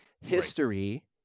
history